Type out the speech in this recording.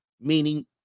meaning